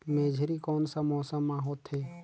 मेझरी कोन सा मौसम मां होथे?